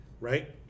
right